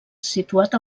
situat